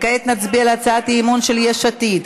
כעת נצביע על הצעת האי-אמון של יש עתיד: